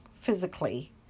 physically